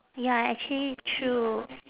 ya actually true